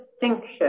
distinction